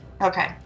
Okay